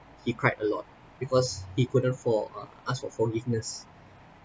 he cried a lot because he couldn't for uh ask for forgiveness